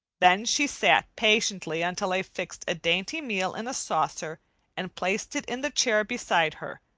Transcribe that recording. then she sat patiently until i fixed a dainty meal in a saucer and placed it in the chair beside her,